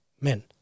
men